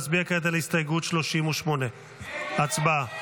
נצביע כעת על הסתייגות 38. הצבעה.